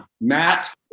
Matt